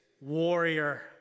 warrior